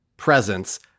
Presence